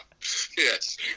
Yes